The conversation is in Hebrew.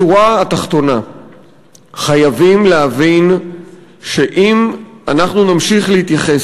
בשורה התחתונה חייבים להבין שאם נמשיך להתייחס